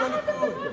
למה אתה מדבר כך?